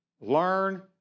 learn